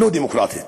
לא דמוקרטית,